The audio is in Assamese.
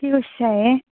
কি কৈচ্ছা হে